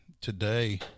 today